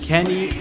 Kenny